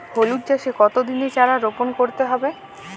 হলুদ চাষে কত দিনের চারা রোপন করতে হবে?